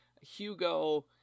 Hugo